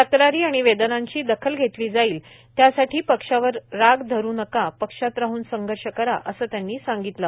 तक्रारी आणि वेदनांची दखल घेतली जाईल त्यासाठी पक्षावर राग धरू नका पक्षात राहन संघर्ष करा असं त्यांनी सांगितलं